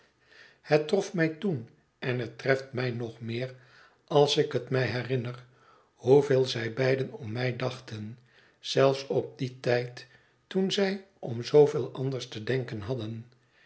het trof mij toen en het treft mij nog meer als ik het mij herinner hoeveel zij beide om mij dachten zelfs op dien tijd toen zij om zooveel anders te denken hadden